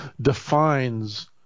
defines